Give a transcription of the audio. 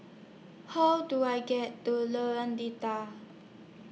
How Do I get to Lorong Data